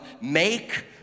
make